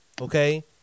okay